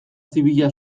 zibila